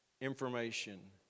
information